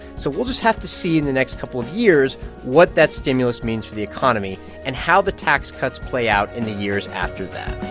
so we'll just have to see in the next couple of years what that stimulus means for the economy and how the tax cuts play out in the years after that